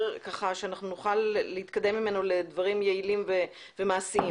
שנוכל להתקדם לדברים ענייניים ומעשיים.